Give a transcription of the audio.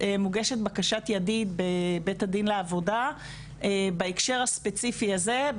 מוגשת בקשת ידיד בבית הדין לעבודה בהקשר הספציפי הזה,